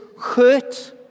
hurt